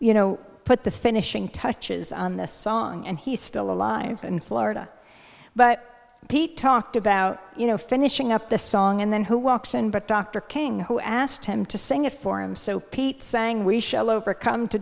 you know put the finishing touches on this song and he's still alive in florida but pete talked about you know finishing up the song and then who walks in but dr king who asked him to sing it for him so pete sang we shall overcome to